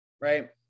right